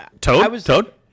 Toad